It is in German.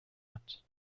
hat